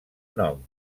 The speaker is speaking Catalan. nom